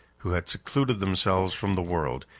who had secluded themselves from the world,